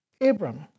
Abram